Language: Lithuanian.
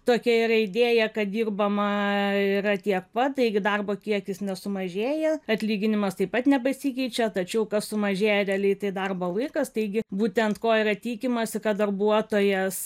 tokia yra idėja kad dirbama yra tiek pat taigi darbo kiekis nesumažėja atlyginimas taip pat nepasikeičia tačiau kas sumažėja realiai tai darbo laikas taigi būtent ko yra tikimasi kad darbuotojas